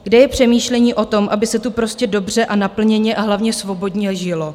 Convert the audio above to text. Kde je přemýšlení o tom, aby se tu prostě dobře a naplněně, a hlavně svobodně žilo?